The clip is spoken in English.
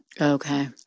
Okay